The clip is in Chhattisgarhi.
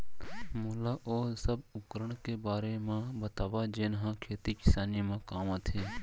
मोला ओ सब उपकरण के बारे म बतावव जेन ह खेती किसानी म काम आथे?